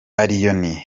allioni